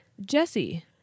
Jesse